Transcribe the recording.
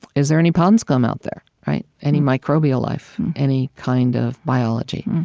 is there any pond scum out there any microbial life, any kind of biology?